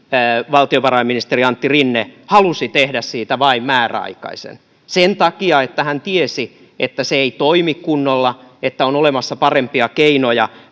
valtiovarainministeri antti rinne halusi tehdä siitä vain määräaikaisen sen takia että hän tiesi että se ei toimi kunnolla että on olemassa parempia keinoja